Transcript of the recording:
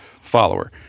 follower